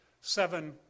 Seven